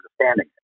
understanding